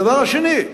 הדבר השני,